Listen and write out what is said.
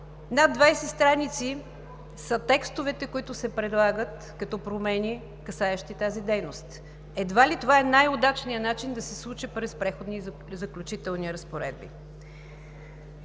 Над 20 страници са текстовете, които се предлагат като промени, касаещи тази дейност. Едва ли това е най-удачният начин – да се случи през Преходни и заключителни разпоредби.